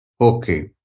Okay